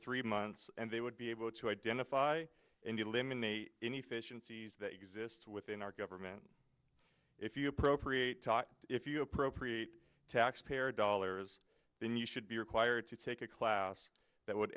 three months and they would be able to identify and eliminate any fish and seize that exist within our government if you appropriate if you appropriate taxpayer dollars then you should be required to take a class that would